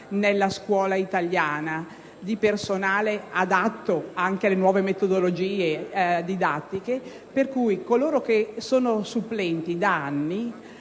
nella scuola italiana di questo personale, adatto anche alle nuove metodologie didattiche. Coloro che sono supplenti da anni